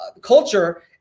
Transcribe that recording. culture